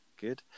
good